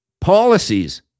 policies